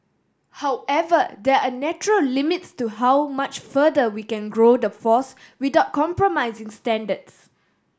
however there are natural limits to how much further we can grow the force without compromising standards